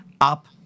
up